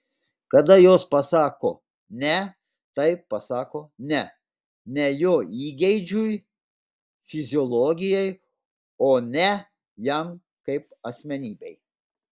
kada jos pasako ne tai pasako ne ne jo įgeidžiui fiziologijai o ne jam kaip asmenybei